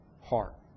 heart